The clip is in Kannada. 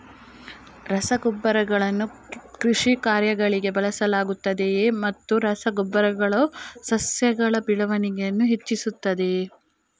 ರಸಗೊಬ್ಬರಗಳನ್ನು ಕೃಷಿ ಕಾರ್ಯಗಳಿಗೆ ಬಳಸಲಾಗುತ್ತದೆಯೇ ಮತ್ತು ರಸ ಗೊಬ್ಬರಗಳು ಸಸ್ಯಗಳ ಬೆಳವಣಿಗೆಯನ್ನು ಹೆಚ್ಚಿಸುತ್ತದೆಯೇ?